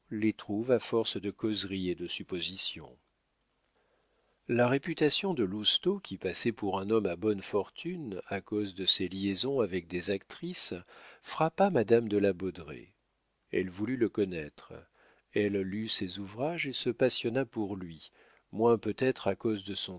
les trouve à force de causeries et de suppositions la réputation de lousteau qui passait pour un homme à bonnes fortunes à cause de ses liaisons avec des actrices frappa madame de la baudraye elle voulut le connaître elle lut ses ouvrages et se passionna pour lui moins peut-être à cause de son